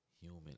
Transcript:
human